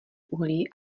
uhlí